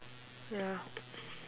ya